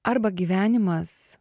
arba gyvenimas